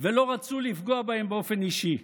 ולא רצו לפגוע בהם באופן אישי,